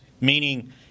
meaning